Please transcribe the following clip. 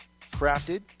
Crafted